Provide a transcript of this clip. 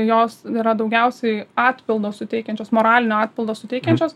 jos yra daugiausiai atpildo suteikiančios moralinio atpildo suteikiančios